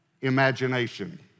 imagination